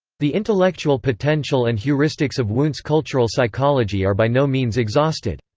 the intellectual potential and heuristics of wundt's cultural psychology are by no means exhausted.